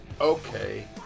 okay